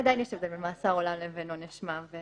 עדיין יש הבדל בין מאסר עולם לעונש מוות.